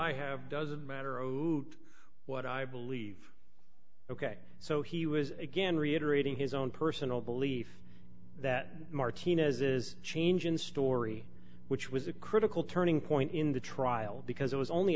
i have doesn't matter od'd what i believe ok so he was again reiterating his own personal belief that martinez is change in story which was a critical turning point in the trial because it was only